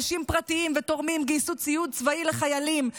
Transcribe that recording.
אנשים פרטיים ותורמים גייסו ציוד צבאי לחיילים,